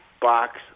box